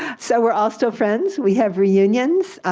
so we're all still friends. we have reunions.